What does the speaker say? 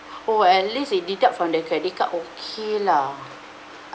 oh at least it deduct from the credit card okay lah